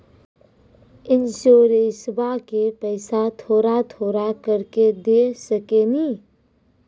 इंश्योरेंसबा के पैसा थोड़ा थोड़ा करके दे सकेनी?